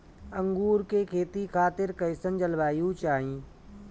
अंगूर के खेती खातिर कइसन जलवायु चाही?